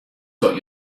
got